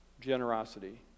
generosity